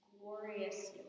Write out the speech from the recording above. glorious